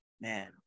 Man